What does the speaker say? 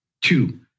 Two